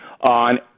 on